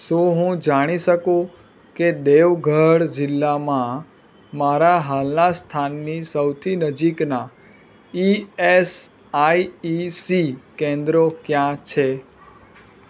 શું હું જાણી શકું કે દેવગઢ જિલ્લામાં મારા હાલના સ્થાનની સૌથી નજીકનાં ઇએસઆઈઈસી કેન્દ્રો ક્યાં છે